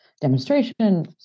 demonstration